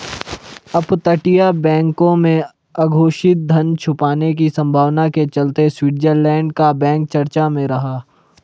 अपतटीय बैंकों में अघोषित धन छुपाने की संभावना के चलते स्विट्जरलैंड का बैंक चर्चा में रहा